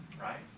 right